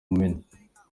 mumena